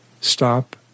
Stop